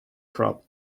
crop